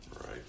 right